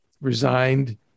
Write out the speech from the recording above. resigned